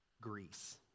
Greece